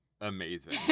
amazing